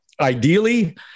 ideally